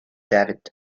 david